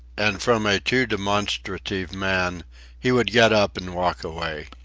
and from a too demonstrative man he would get up and walk away.